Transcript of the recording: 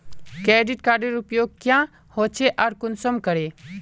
Credit कार्डेर उपयोग क्याँ होचे आर कुंसम करे?